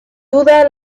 duda